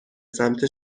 سمت